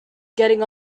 getting